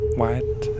white